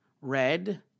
red